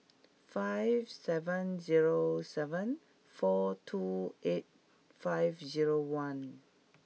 five seven zero seven four two eight five zero one